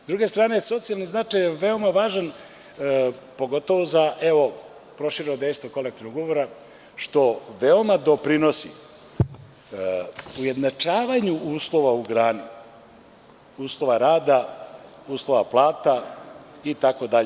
Sa druge strane, socijalni značaj je veoma važan pogotovu za prošireno dejstvo kolektivnog ugovora, što veoma doprinosi ujednačavanju uslova u grani, uslova rada, uslova plata, itd.